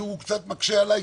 וממקום שצריך לתקן אותם,